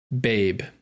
Babe